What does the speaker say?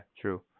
true